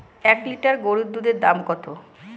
এক লিটার গরুর দুধের দাম কত?